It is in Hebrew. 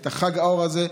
את חג האור הזה,